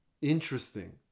Interesting